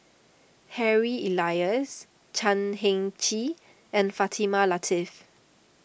Harry Elias Chan Heng Chee and Fatimah Lateef